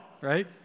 right